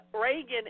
Reagan